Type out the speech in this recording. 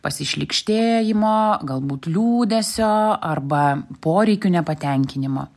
pasišlykštėjimo galbūt liūdesio arba poreikių nepatenkinimo